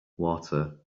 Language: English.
water